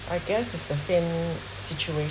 I guess is the same situation